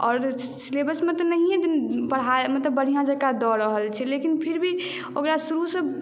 आओर सिलेबस मे तऽ नहिये पढ़ाई मतलब बढ़िऑं जकाँ दऽ रहल छै लेकिन फिर भी ओकरा शुरुसँ